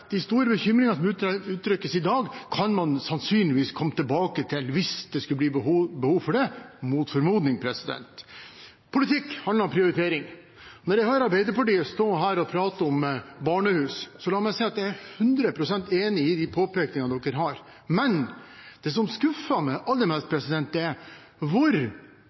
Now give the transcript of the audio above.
de store bekymringene som kommer til uttrykk i dag, kan man sannsynligvis komme tilbake til hvis det mot formodning skulle bli behov for det. Politikk handler om prioritering. Når jeg hører Arbeiderpartiet stå her og prate om barnehus, vil jeg si at jeg er 100 pst. enig i påpekningene de har, men det som skuffer meg aller mest, er hva de prioriteringene skal gå på bekostning av. Hvor